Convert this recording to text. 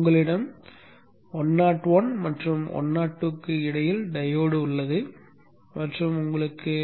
உங்களிடம் 101 மற்றும் 102 க்கு இடையில் டையோடு உள்ளது மற்றும் உங்களுக்கு